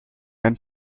and